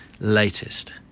latest